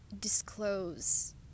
disclose